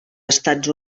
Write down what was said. estats